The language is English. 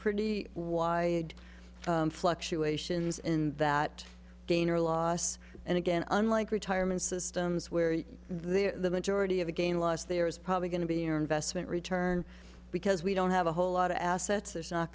pretty wide fluctuations in that gain or loss and again unlike retirement systems where there are the majority of the gain loss there is probably going to be our investment return because we don't have a whole lot of assets there's not